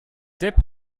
depp